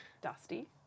Dusty